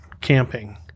camping